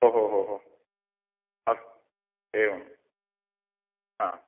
ओहोहो हो अस्तु एवं हा